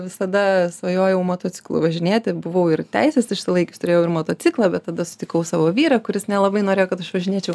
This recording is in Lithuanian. visada svajojau motociklu važinėti buvau ir teises išsilaikius turėjau ir motociklą bet tada sutikau savo vyrą kuris nelabai norėjo kad aš važinėčiau